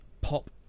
pop